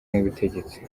n’ubutegetsi